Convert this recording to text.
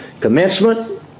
Commencement